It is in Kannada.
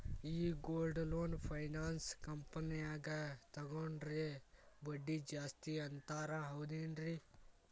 ಈ ಗೋಲ್ಡ್ ಲೋನ್ ಫೈನಾನ್ಸ್ ಕಂಪನ್ಯಾಗ ತಗೊಂಡ್ರೆ ಬಡ್ಡಿ ಜಾಸ್ತಿ ಅಂತಾರ ಹೌದೇನ್ರಿ?